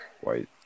white